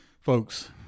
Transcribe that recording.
folks